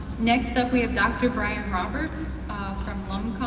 next up we have dr. bryan roberts ah from